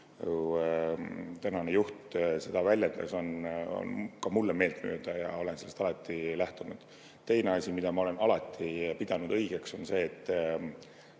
tänane juhataja seda väljendas, on ka mulle meeltmööda. Ma olen sellest alati lähtunud. Teine asi, mida ma olen alati pidanud õigeks, on see, et